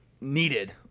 needed